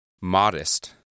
Modest